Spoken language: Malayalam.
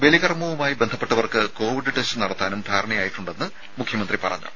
ബലികർമ്മവുമായി ബന്ധപ്പെട്ടവർക്ക് കോവിഡ് ടെസ്റ്റ് നടത്താനും ധാരണയായിട്ടുണ്ടെന്ന് മുഖ്യമന്ത്രി പറഞ്ഞു